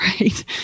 right